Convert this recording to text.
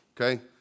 okay